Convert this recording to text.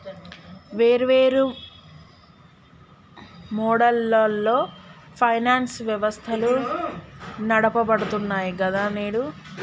వేర్వేరు మోడళ్లలో ఫైనాన్స్ వ్యవస్థలు నడపబడుతున్నాయి గదా నేడు